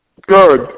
Good